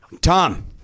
Tom